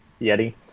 Yeti